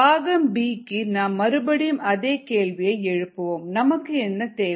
பாகம் b க்கு நாம் மறுபடியும் அதே கேள்வியை எழுப்புவோம் நமக்கு என்ன தேவை